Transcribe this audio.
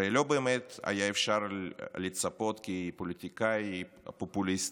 הרי לא באמת היה אפשר לצפות כי הפוליטיקאי הפופוליסט,